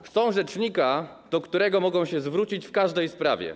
Chcą rzecznika, do którego mogą się zwrócić w każdej sprawie.